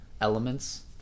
elements